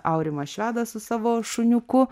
aurimą švedą su savo šuniuku